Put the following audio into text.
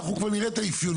אנחנו כבר נראה את האפיונים.